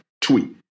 tweet